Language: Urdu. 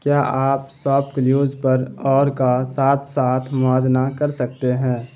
کیا آپ ساپکلیوز پر اور کا ساتھ ساتھ موازنہ کر سکتے ہیں